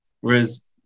Whereas